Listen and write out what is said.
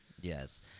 Yes